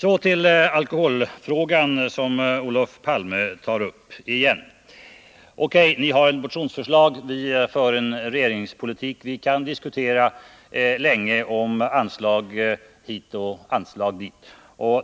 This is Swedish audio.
Så till alkoholfrågan som Olof Palme tar upp igen. O.K., ni har ett motionsförslag. Vi för en regeringspolitik. Vi kan länge diskutera om anslag hit och anslag dit.